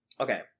Okay